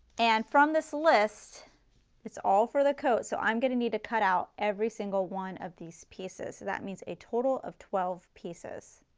and from this list it's all for the coat so i am going to need to cutout every single one of these pieces so that means a total of twelve pieces.